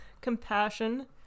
Compassion